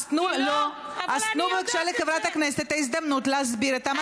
אז תנו בבקשה לחברת הכנסת את ההזדמנות להסביר את המצב.